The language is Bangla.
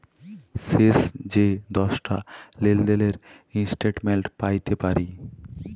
শেষ যে দশটা লেলদেলের ইস্ট্যাটমেল্ট প্যাইতে পারি